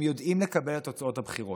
הם יודעים לקבל את תוצאות הבחירות.